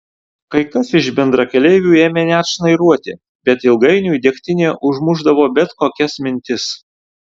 kai kas iš bendrakeleivių ėmė net šnairuoti bet ilgainiui degtinė užmušdavo bet kokias mintis